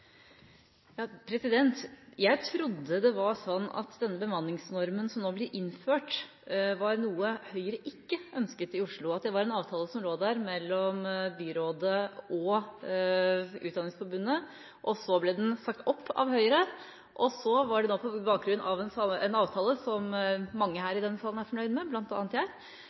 Jeg trodde det var sånn at denne bemanningsnormen som nå blir innført, var noe Høyre ikke ønsket i Oslo, at det var en avtale som lå der mellom byrådet og Utdanningsforbundet. Så ble den sagt opp av Høyre, og så er det da – på bakgrunn av en avtale som mange her i denne salen er fornøyd med,